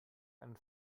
einen